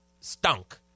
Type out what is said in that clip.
stunk